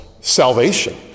salvation